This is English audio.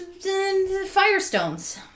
Firestones